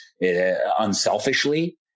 unselfishly